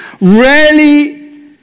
rarely